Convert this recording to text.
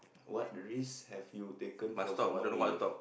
what risks have you taken for someone you love